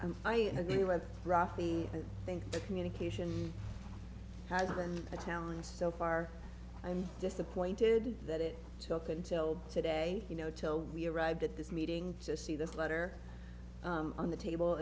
and i agree with rafi i think the communication has been a challenge so far i'm disappointed that it took until today you know till we arrived at this meeting just see this letter on the table